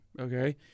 okay